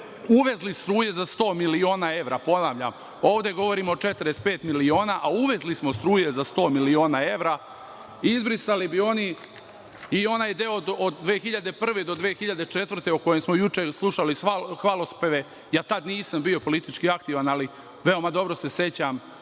uvezli struje za 100 miliona evra. Ponavljam, ovde govorimo o 45 miliona, a uvezli smo struje za 100 miliona evra. Izbrisali bi oni i onaj deo od 2001. do 2004. godine, o kojem smo juče slušali hvalospeve. Ja tada nisam bio politički aktivan, ali veoma dobro se sećam